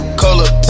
color